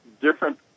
different